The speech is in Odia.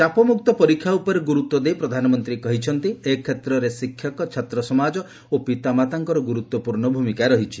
ଚାପମୁକ୍ତ ପରୀକ୍ଷା ଉପରେ ସେ ଗୁରୁତ୍ୱ ଦେଇ କହିଛନ୍ତି ଯେ ଏ କ୍ଷେତ୍ରରେ ଶିକ୍ଷକ ଛାତ୍ରସମାଜ ଓ ପିତାମାତାଙ୍କର ଗୁରୁତ୍ୱପୂର୍ଣ୍ଣ ଭୂମିକା ରହିଛି